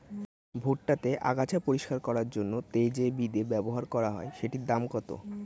ভুট্টা তে আগাছা পরিষ্কার করার জন্য তে যে বিদে ব্যবহার করা হয় সেটির দাম কত?